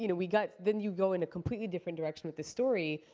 you know we got then you go in a completely different direction with this story.